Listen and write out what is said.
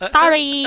Sorry